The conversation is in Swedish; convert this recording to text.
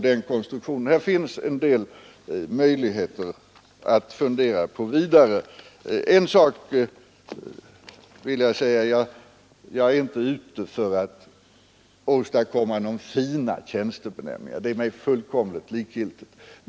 Det finns alltså en del möjligheter att fundera vidare på. Jag är inte ute efter att åstadkomma några fina tjänstebenämningar, det är mig fullständigt likgiltigt.